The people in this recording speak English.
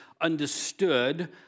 understood